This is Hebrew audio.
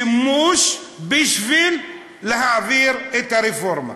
שימוש בשביל להעביר את הרפורמה.